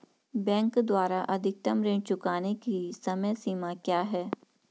Bank द्वारा अधिकतम ऋण चुकाने की समय सीमा क्या है?